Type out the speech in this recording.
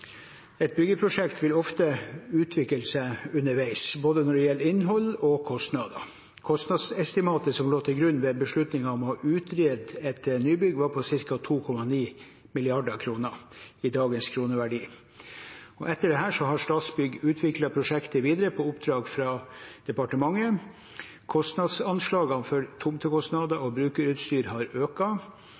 Et byggeprosjekt vil ofte utvikle seg underveis, når det gjelder både innhold og kostnader. Kostnadsestimatet som lå til grunn ved beslutningen om å utrede et nybygg, var på ca. 2,9 mrd. kr i dagens kroneverdi. Etter dette har Statsbygg utviklet prosjektet videre på oppdrag fra departementet. Kostnadsanslagene for tomtekostnader og brukerutstyr har